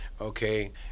okay